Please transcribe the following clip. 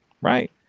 right